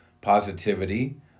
positivity